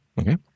Okay